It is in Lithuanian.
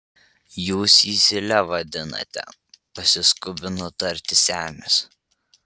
jūs jį zyle vadinate pasiskubino tarti senis